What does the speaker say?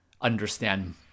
understand